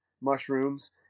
Mushrooms